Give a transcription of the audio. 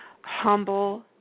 humble